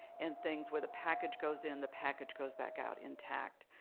and things where the package goes in, the package goes back out intact.